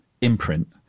imprint